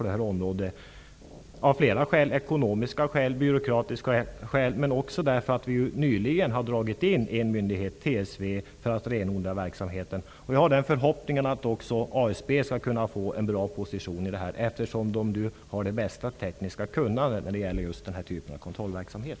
Det är bra av flera skäl: ekonomiska, byråkratiska och därför att vi nyligen har dragit in en myndighet, TSV, för att renodla verksamheten. Jag har därför förhoppningar att också ASB skall kunna få en bra position, eftersom ASB har det bästa tekniska kunnandet när det gäller den här typen av kontrollverksamhet.